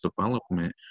development